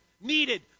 needed